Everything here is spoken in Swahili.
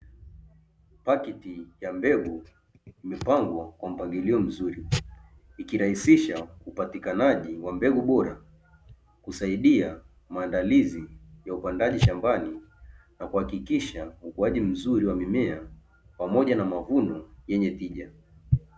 Pakiti ya mbegu imepangwa kwa mpangilio mzuri ikirahisisha upatikanaji wa mbegu bora, husaidia maandalizi ya upandaji shambani na kuhakikisha ukuaji mzuri wa mimea pamoja na mavuno yenye tija.